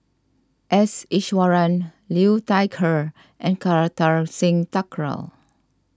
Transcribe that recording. S Iswaran Liu Thai Ker and Kartar Singh Thakral